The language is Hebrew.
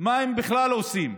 מה הם בכלל עושים.